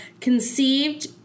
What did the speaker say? conceived